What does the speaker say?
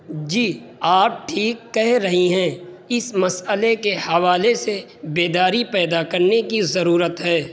جی آپ ٹھیک کہہ رہی ہیں اس مسئلے کے حوالے سے بیداری پیدا کرنے کی ضرورت ہے